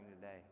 today